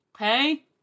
Okay